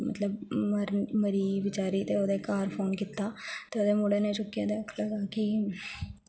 मतलब मरी मरी गेई ओह् बेचारी ते औह्दे घर फोन कित्ता ते औह्दे मुड़े ने चुकेआ ते ओह् आक्खन लगा की